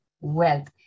wealth